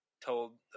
told